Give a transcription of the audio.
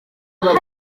hari